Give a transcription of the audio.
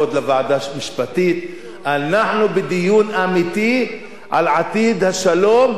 אנחנו בדיון אמיתי על עתיד השלום ועל עתיד החיים כאן,